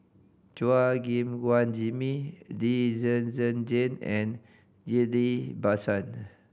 Chua Gim Guan Jimmy Lee Zhen Zhen Jane and Ghillie Basan